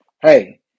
hey